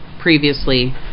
previously